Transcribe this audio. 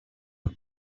was